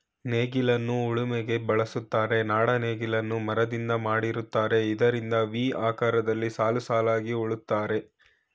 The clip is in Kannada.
ನೇಗಿಲನ್ನ ಉಳಿಮೆಗೆ ಬಳುಸ್ತರೆ, ನಾಡ ನೇಗಿಲನ್ನ ಮರದಿಂದ ಮಾಡಿರ್ತರೆ ಇದರಿಂದ ವಿ ಆಕಾರದಲ್ಲಿ ಸಾಲುಸಾಲಾಗಿ ಉಳುತ್ತರೆ